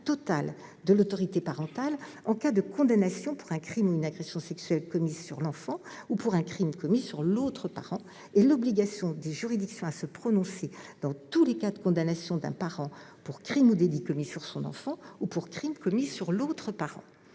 total de l'autorité parentale en cas de condamnation pour un crime ou une agression sexuelle commis sur l'enfant ou pour un crime commis sur l'autre parent, et l'obligation des juridictions de se prononcer dans tous les cas de condamnation d'un parent pour crime ou délit commis sur son enfant ou pour crime commis sur l'autre parent.